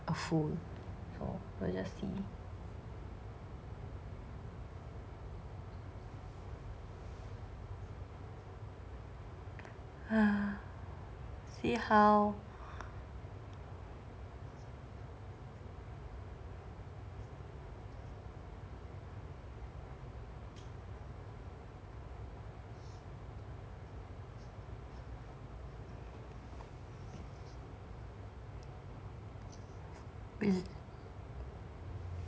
a fool for see how